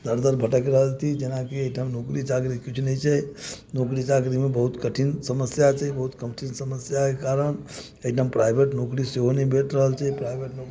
दर दर भटकि रहल छी जेना कि एहिठाम नौकरी चाकरी किछु नहि छै नौकरी चाकरीमे बहुत कठिन समस्या छै बहुत कठिन समस्याके कारण एकदम प्राइभेट नौकरी सेहो नहि भेट रहल छै प्राइभेट नौकरी